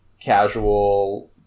casual